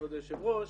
כבוד היושב ראש,